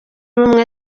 ubumwe